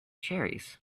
cherries